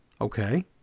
Okay